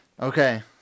Okay